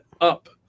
up